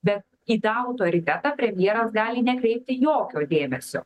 bet į tą autoritetą premjeras gali nekreipti jokio dėmesio